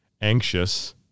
anxious